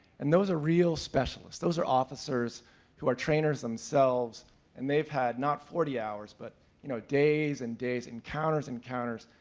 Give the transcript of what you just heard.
and those are real specialists, those are officers who are trainers themselves and they've had not forty hours but you know days and days, encounter, encounters,